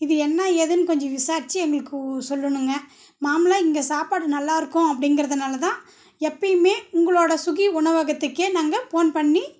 இது என்ன ஏதுன்னு கொஞ்சம் விசாரிச்சு எங்களுக்கு சொல்லணுங்க மாமூலாக இங்கே சாப்பாடு நல்லா இருக்கும் அப்படிங்கறதனால தான் எப்பையுமே உங்களோட சுகி உணவகத்துக்கே நாங்கள் போன் பண்ணி